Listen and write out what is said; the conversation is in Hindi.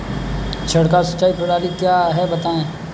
छिड़काव सिंचाई प्रणाली क्या है बताएँ?